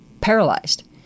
paralyzed